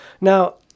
Now